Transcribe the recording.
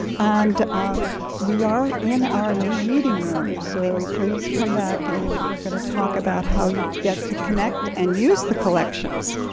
and ah we are in our new reading room. so please come back and we're going to talk about how you get to connect and use the collections.